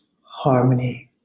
harmony